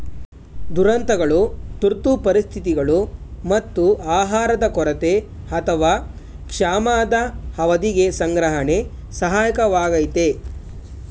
ದುರಂತಗಳು ತುರ್ತು ಪರಿಸ್ಥಿತಿಗಳು ಮತ್ತು ಆಹಾರದ ಕೊರತೆ ಅಥವಾ ಕ್ಷಾಮದ ಅವಧಿಗೆ ಸಂಗ್ರಹಣೆ ಸಹಾಯಕವಾಗಯ್ತೆ